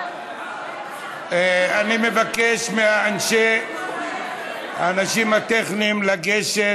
אני מבקש מהאנשים הטכניים לגשת.